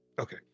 Okay